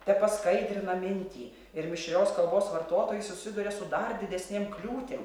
tepaskaidrina mintį ir mišrios kalbos vartotojai susiduria su dar didesnėm kliūtim